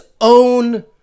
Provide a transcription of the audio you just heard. own